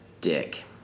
dick